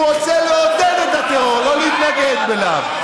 הוא רוצה לעודד את הטרור, לא להתנגד אליו.